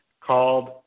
called